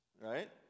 Right